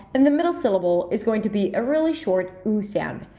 and the middle syllable is going to be a really short u sound.